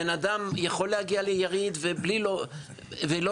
בן-אדם יכול להגיע ליריד ולא להגיע.